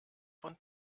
von